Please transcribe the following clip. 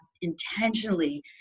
intentionally